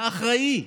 האחראי,